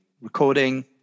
recording